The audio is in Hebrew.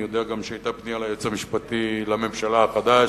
אני יודע גם שהיתה פנייה אל היועץ המשפטי לממשלה החדש,